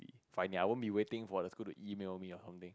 be finding I won't be waiting for the school to email me or something